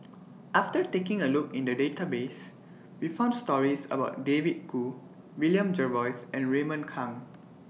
after taking A Look in The Database We found stories about David Kwo William Jervois and Raymond Kang